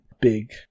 big